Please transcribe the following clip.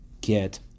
Get